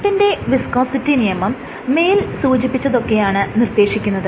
ന്യൂട്ടന്റെ വിസ്കോസിറ്റി നിയമം മേൽ സൂചിപ്പിച്ചതൊക്കെയാണ് നിർദ്ദേശിക്കുന്നത്